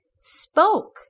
spoke